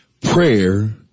prayer